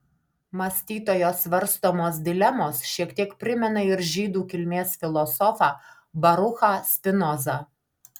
mąstytojo svarstomos dilemos šiek tiek primena ir žydų kilmės filosofą baruchą spinozą